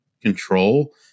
control